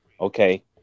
Okay